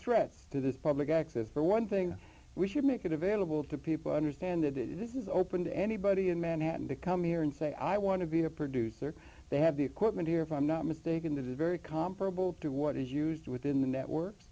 threats to this public access for one thing we should make it available to people understand that it is open to anybody in manhattan to come here and say i want to be a producer they have the equipment if i'm not mistaken that is very comparable to what is used within the network